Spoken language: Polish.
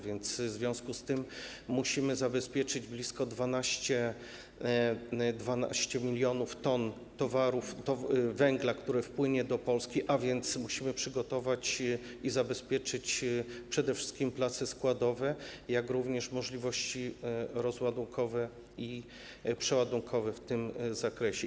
W związku z tym musimy zabezpieczyć blisko 12 mln t towarów, węgla, który wpłynie do Polski, a więc musimy przygotować i zabezpieczyć przede wszystkim place składowe, jak również możliwości rozładunkowe, przeładunkowe i wywozowe w tym zakresie.